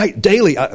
Daily